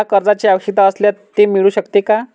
मला कर्जांची आवश्यकता असल्यास ते मिळू शकते का?